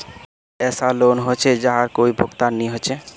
कोई ऐसा लोन होचे जहार कोई भुगतान नी छे?